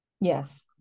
Yes